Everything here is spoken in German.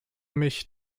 mich